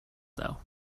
though